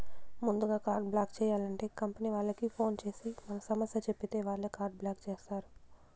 ముందుగా card block చేయాలంటే company వాళ్లకి ఫోన్ చేసి మన సమస్య చెప్పితే వాళ్లే కార్డు బ్లాక్ చేస్తారు